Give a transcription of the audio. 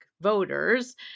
voters